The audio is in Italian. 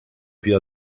più